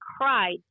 cried